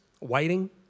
waiting